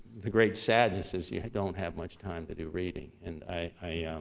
the great sadness is you don't have much time to do reading. and i